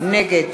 נגד